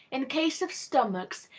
in case of stomachs,